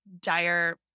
dire